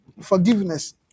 forgiveness